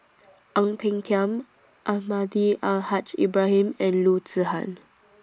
Ang Peng Tiam Almahdi Al Haj Ibrahim and Loo Zihan